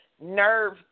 nerve